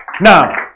Now